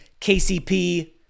KCP